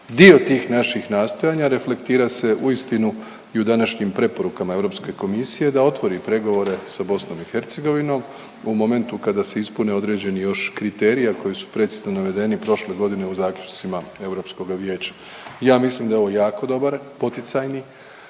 Dio tih naših nastojanja reflektira se uistinu i u današnjim preporukama Europske komisije da otvori pregore sa BIH u momentu kada se ispune određeni još kriteriji, a koji su precizno navedeni prošle godine u zaključcima Europskoga vijeća. Ja mislim da je ovo jako dobar poticajni